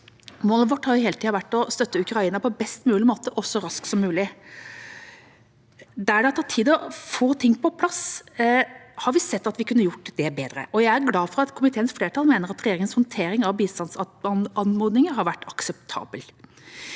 hele tiden vært å støtte Ukraina på best mulig måte og så raskt som mulig. Der det har tatt tid å få ting på plass, har vi sett at vi kunne gjort det bedre, og jeg er glad for at komiteens flertall mener at regjeringens håndtering av bistandsanmodninger har vært akseptabel.